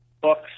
books